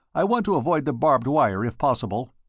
i want to avoid the barbed wire if possible.